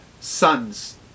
sons